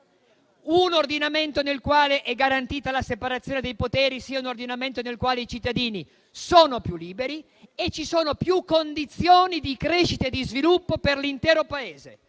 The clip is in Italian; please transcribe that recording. un ordinamento nel quale è garantita la separazione dei poteri sia un ordinamento nel quale i cittadini sono più liberi e ci sono più condizioni di crescita e di sviluppo per l'intero Paese.